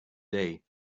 day